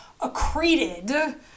accreted